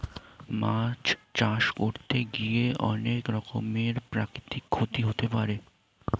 মাছ চাষ করতে গিয়ে অনেক রকমের প্রাকৃতিক ক্ষতি হতে পারে